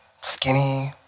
skinny